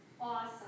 Awesome